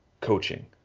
coaching